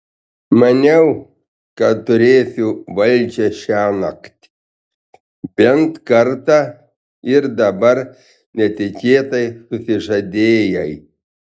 maniau kad turėsiu valdžią šiąnakt bent kartą ir dabar netikėtai susižadėjai